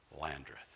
Landreth